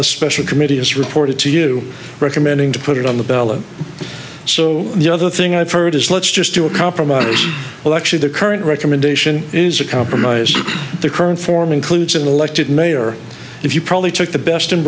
the special committee has reported to you recommending to put it on the ballot so your the thing i've heard is let's just do a compromise well actually the current recommendation is a compromise that the current form includes an elected mayor if you probably took the best and